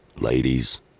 ladies